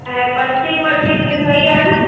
ऐं punching machine बि सही आहे न